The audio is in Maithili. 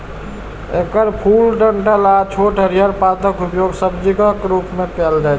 एकर फूल, डंठल आ छोट हरियर पातक उपयोग सब्जीक रूप मे कैल जाइ छै